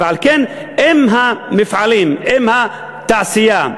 ועל כן, אם המפעלים, אם התעשייה,